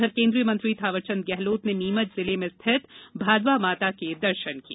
उधर केंद्रीय मंत्री थावरचंद गेहलोत ने नीमच जिले में स्थित भादवा माता के दर्शन किए